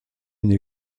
une